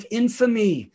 infamy